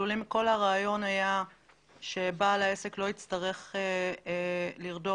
כל הרעיון היה שבעל העסק לא יצטרך לרדוף